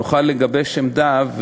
נוכל לגבש עמדה,